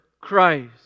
Christ